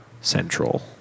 central